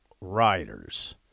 riders